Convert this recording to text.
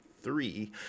three